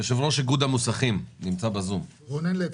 יו"ר איגוד המוסמכים, רונן לוי,